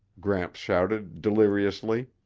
gramps shouted deliriously.